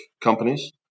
companies